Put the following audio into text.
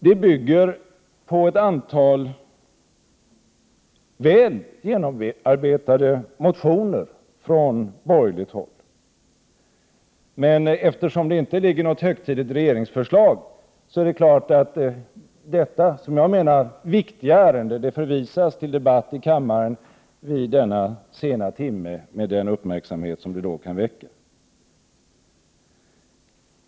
Det bygger på ett antal väl genomarbetade motioner från borgerligt håll. Men eftersom det inte ligger något högtidligt regeringsförslag bakom, är det klart att detta, som jag menar, viktiga ärende förvisas till debatt i kammaren vid denna sena timme, med den uppmärksamhet som det då kan väcka.